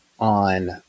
On